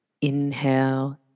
inhale